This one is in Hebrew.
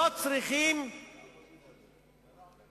לא צריך לחכות ולראות ולתת צ'אנס.